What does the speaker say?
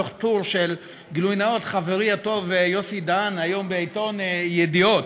מתוך טור של חברי הטוב יוסי דהן היום בעיתון ידיעות.